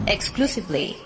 Exclusively